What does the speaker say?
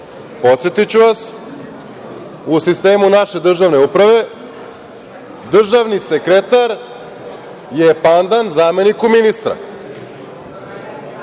Podsetiću vas, u sistemu naše državne uprave, državni sekretar je pandan zameniku ministra. Sada